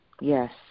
Yes